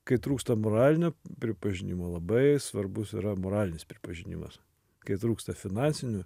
kai trūksta moralinio pripažinimo labai svarbus yra moralinis pripažinimas kai trūksta finansinių